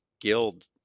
guild